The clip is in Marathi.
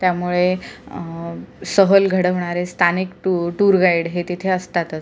त्यामुळे सहल घडवणारे स्थानिक टूर टूर गाईड हे तिथे असतातच